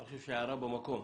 אני חושב שההערה במקום.